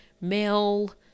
male